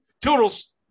Toodles